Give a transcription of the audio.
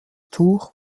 tuch